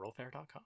rollfair.com